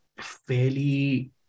fairly